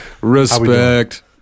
Respect